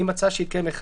לא.